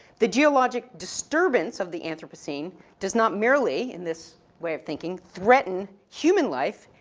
the geologic disturbance of the anthropocene does not merely, in this way of thinking, threaten human life,